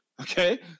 Okay